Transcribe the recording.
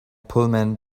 pullman